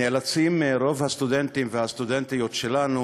נאלצים רוב הסטודנטים והסטודנטיות שלנו